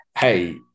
hey